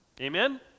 Amen